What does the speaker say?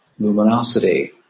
Luminosity